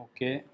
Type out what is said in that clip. Okay